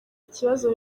ikibazo